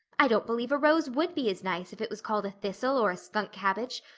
i don't believe a rose would be as nice if it was called a thistle or a skunk cabbage.